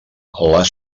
les